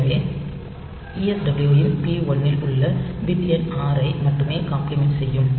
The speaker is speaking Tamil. எனவே PSW இன் P1 இல் உள்ள பிட் எண் ஆறு ஐ மட்டுமே காம்ப்ளிமெண்ட் செய்யும்